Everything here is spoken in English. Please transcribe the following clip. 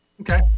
Okay